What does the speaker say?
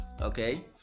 okay